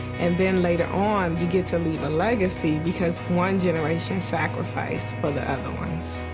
and then, later on, you get to leave a legacy because one generation sacrificed for the other ones.